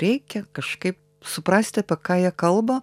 reikia kažkaip suprasti apie ką jie kalba